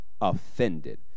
offended